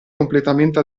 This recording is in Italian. completamente